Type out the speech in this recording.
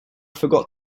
forgot